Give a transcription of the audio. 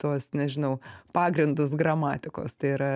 tuos nežinau pagrindus gramatikos tai yra